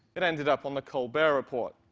it ended up on the colbert report.